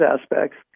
aspects